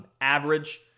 average